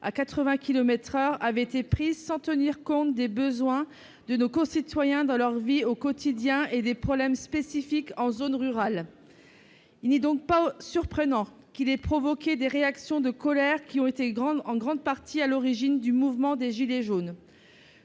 par heure a été prise sans tenir compte des besoins de nos concitoyens dans leur vie au quotidien et des problèmes spécifiques aux zones rurales. Il n'est donc pas surprenant qu'elle ait provoqué des réactions de colère qui ont été en grande partie à l'origine du mouvement des gilets jaunes.